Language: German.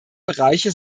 bereiche